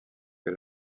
que